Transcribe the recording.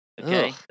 Okay